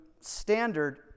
standard